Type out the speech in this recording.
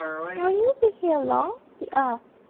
shall you be here long he asked.